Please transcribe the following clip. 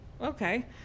okay